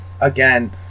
again